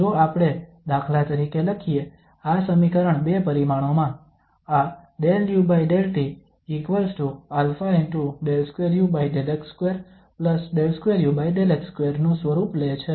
તો જો આપણે દાખલા તરીકે લખીએ આ સમીકરણ બે પરિમાણોમાં આ 𝜕u𝜕tα𝜕2u𝜕x2𝜕2u𝜕x2 નું સ્વરૂપ લે છે